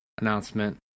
announcement